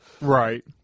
Right